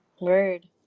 word